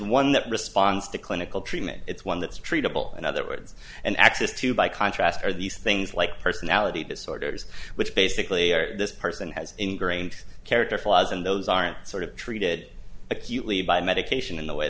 one that responds to clinical treatment it's one that is treatable in other words and access to by contrast are these things like personality disorders which basically this person has ingrained character flaws and those aren't sort of treated acutely by medication in the way